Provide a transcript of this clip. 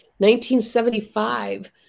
1975